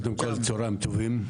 צוהריים טובים,